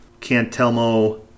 Cantelmo